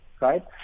right